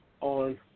on